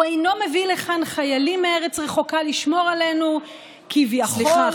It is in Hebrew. הוא אינו מביא לכאן חיילים מארץ רחוקה לשמור עלינו כביכול" סליחה,